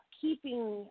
keeping